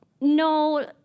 No